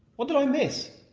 what did i miss?